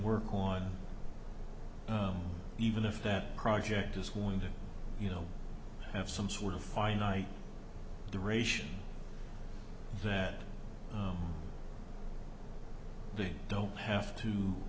work on even if that project is going to you know have some sort of finite the ration that they don't have to